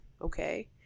okay